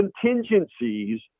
contingencies